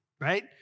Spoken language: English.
right